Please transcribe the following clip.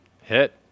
Hit